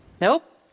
nope